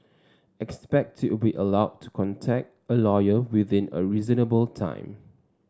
expect to be allowed to contact a lawyer within a reasonable time